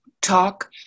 talk